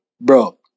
bro